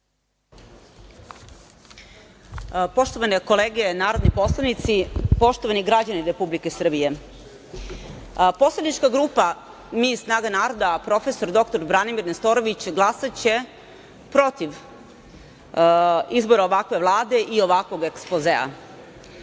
Poštovane kolege narodni poslanici, poštovani građani Republike Srbije, poslanička grupa Mi - snaga naroda, prof. dr Branimir Nestorović glasaće protiv izbora ovakve Vlade i ovakvog ekspozea. Nažalost,